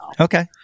Okay